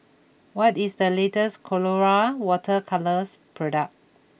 what is the latest Colora Water Colours product